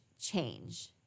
change